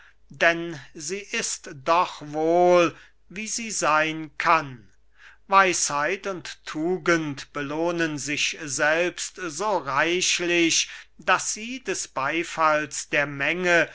denn sie ist doch wohl wie sie seyn kann weisheit und tugend belohnen sich selbst so reichlich daß sie des beyfalls der menge